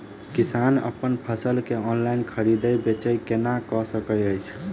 किसान अप्पन फसल केँ ऑनलाइन खरीदै बेच केना कऽ सकैत अछि?